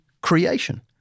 creation